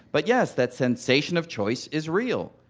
but yes, that sensation of choice is real.